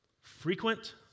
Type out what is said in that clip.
Frequent